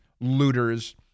looters